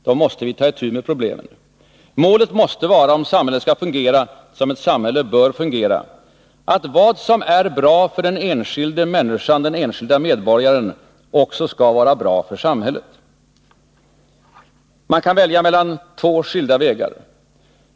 Då måste vi ta itu med problemen. Målet måste vara — om samhället skall fungera som ett samhälle bör fungera — att vad som är bra för den enskilde medborgaren också skall vara bra för samhället. Man kan välja mellan två skilda vägar.